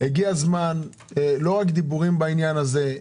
הגיע הזמן ללא רק דיבורים בעניין הזה,